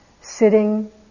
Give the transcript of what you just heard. Sitting